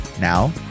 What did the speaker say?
Now